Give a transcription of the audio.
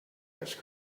ice